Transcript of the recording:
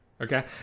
Okay